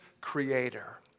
creator